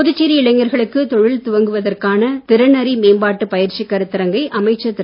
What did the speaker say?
புதுச்சேரி இளைஞர்களுக்கு தொழில் துவங்குவதற்கான திறனறி மேம்பாட்டு பயிற்சி கருத்தரங்கை அமைச்சர் திரு